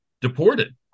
deported